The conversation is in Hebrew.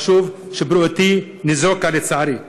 החשוב הוא שבריאותי ניזוקה, לצערי.